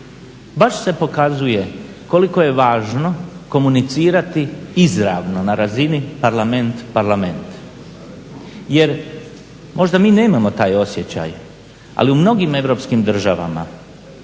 baš se pokazuje koliko je važno komunicirati izravno na razini parlament-paralament. Jer mi možda nemamo taj osjećaj ali u mnogim europskim državama